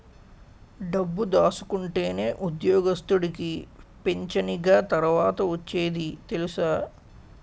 డబ్బు దాసుకుంటేనే ఉద్యోగస్తుడికి పింఛనిగ తర్వాత ఒచ్చేది తెలుసా